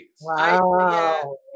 Wow